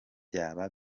byaba